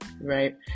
right